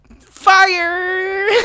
fire